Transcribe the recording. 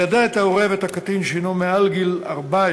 ליידע את ההורה ואת הקטין אם הוא מעל גיל 14,